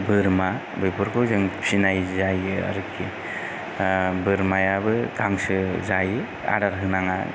बोरमा बेफोरखौ जों फिनाय जायो आरोखि बोरमायाबो गांसो जायो आदार होनाङा